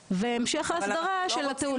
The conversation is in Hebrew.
אני ראש המטה של האגף להסדרת עיסוקים בזרוע העבודה.